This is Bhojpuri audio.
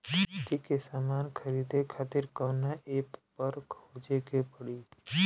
खेती के समान खरीदे खातिर कवना ऐपपर खोजे के पड़ी?